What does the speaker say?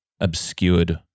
obscured